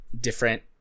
different